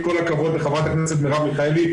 כל הכבוד לחברת הכנסת מרב מיכאלי.